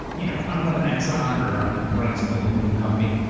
you know, i'm running exxon or i'm running some aluminum company,